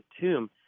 tomb